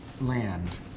land